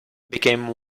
became